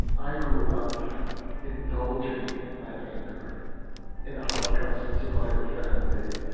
i grew up indulging my anger in a holocaust survivor family,